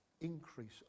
increase